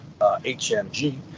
HMG